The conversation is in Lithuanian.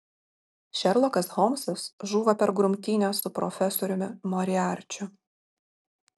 šerlokas holmsas žūva per grumtynes su profesoriumi moriarčiu